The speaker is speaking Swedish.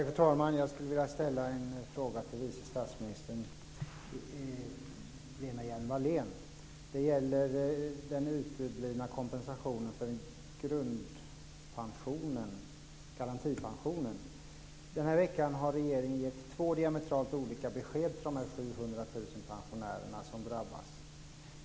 Fru talman! Jag skulle vilja ställa en fråga till vice statsminister Lena Hjelm-Wallén. Den gäller den uteblivna kompensationen för garantipensionen. Den här veckan har regeringen gett två diametralt olika besked till de 700 000 pensionärer som drabbas.